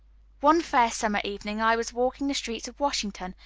one fair summer evening i was walking the streets of washington,